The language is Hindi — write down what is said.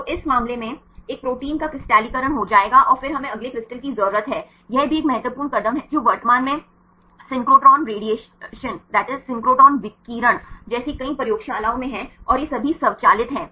तो इस मामले में एक प्रोटीन का क्रिस्टलीकरण हो जाएगा और फिर हमें अगले क्रिस्टल की जरूरत है यह भी एक महत्वपूर्ण कदम है जो वर्तमान में सिंक्रोट्रॉन विकिरण जैसी कई प्रयोगशालाओं में है और यह सभी स्वचालित है